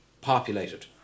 populated